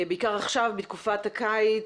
בעיקר עכשיו בתקופת הקיץ,